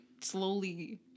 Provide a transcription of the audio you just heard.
slowly